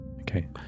Okay